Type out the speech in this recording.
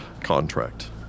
contract